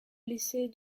lycée